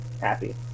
happy